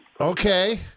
Okay